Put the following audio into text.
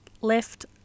left